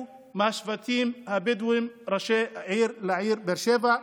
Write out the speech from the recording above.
מהשבטים הבדואים ראשי עיר לעיר באר שבע,